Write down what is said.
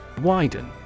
Widen